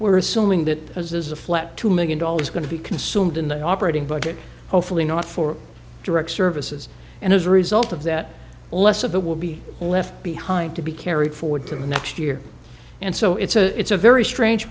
we're assuming that as is a flat two million dollars going to be consumed in the operating budget hopefully not for direct services and as a result of that less of it will be left behind to be carried forward to the next year and so it's a it's a very strange